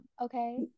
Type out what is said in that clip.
Okay